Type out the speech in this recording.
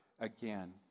again